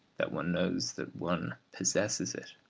that one knows that one possesses it.